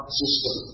system